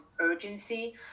urgency